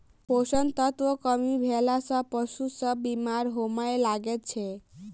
पोषण तत्वक कमी भेला सॅ पशु सभ बीमार होमय लागैत छै